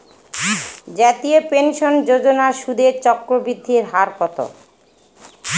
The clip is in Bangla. জাতীয় পেনশন যোজনার সুদের চক্রবৃদ্ধি হার কত?